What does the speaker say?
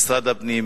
משרד הפנים,